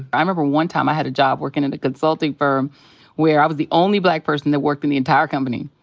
but i remember one time i had a job working in a consulting firm where i was the only black person that worked in the entire company.